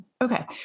Okay